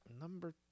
number